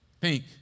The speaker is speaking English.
pink